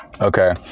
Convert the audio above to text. okay